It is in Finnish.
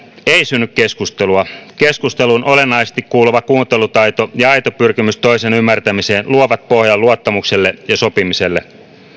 ei synny keskustelua keskusteluun olennaisesti kuuluva kuuntelutaito ja aito pyrkimys toisen ymmärtämiseen luovat pohjan luottamukselle ja sopimiselle